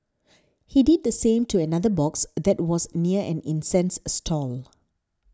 he did the same to another box that was near an incense stall